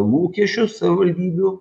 lūkesčių savivaldybių